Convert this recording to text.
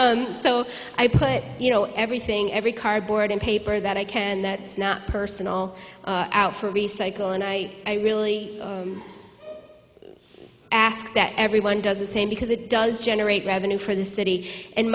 s so i put you know everything every cardboard and paper that i can that not personal out for recycle and i really ask that everyone does the same because it does generate revenue for the city and